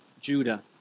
Judah